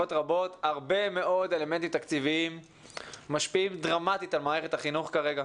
הרבה מאוד אלמנטים תקציביים משפיעים דרמטית על מערכת החינוך כרגע,